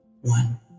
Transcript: one